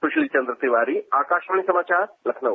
सुशील चन्द्र तिवारी आकाशवाणी समाचार लखनऊ